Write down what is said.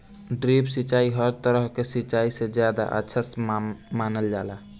drip सिंचाई हर तरह के सिचाई से ज्यादा अच्छा मानल जाला